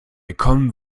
common